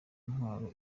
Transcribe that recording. ntwaro